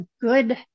good